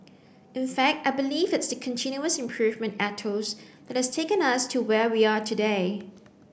in fact I believe it's the continuous improvement ethos that has taken us to where we are today